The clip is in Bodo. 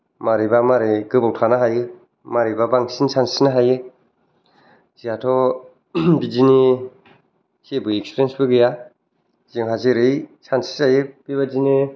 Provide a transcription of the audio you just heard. मारैबा मारै गेबाव थानो हायो मारैबा बांसिन सानस्रिनो हायो जोंहाथ' बिदिनि जेबो एकसफिरेनस बो गैया जोंहा जेरै सानस्रि जायो बिबादिनो